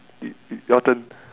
y~ your turn